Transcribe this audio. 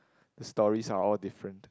stories are all different